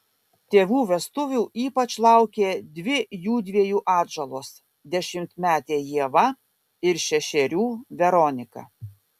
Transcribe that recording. tėvų vestuvių ypač laukė dvi jųdviejų atžalos dešimtmetė ieva ir šešerių veronika